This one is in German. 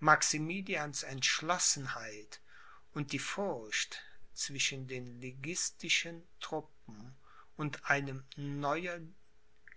maximilians entschlossenheit und die furcht zwischen den liguistischen truppen und einem neuen